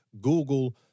Google